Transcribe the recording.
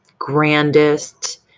grandest